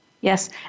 Yes